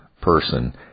person